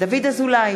דוד אזולאי,